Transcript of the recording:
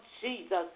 Jesus